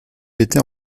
étais